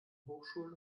hochschulen